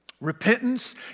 Repentance